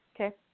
Okay